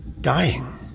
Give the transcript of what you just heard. Dying